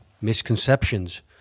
misconceptions